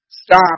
stop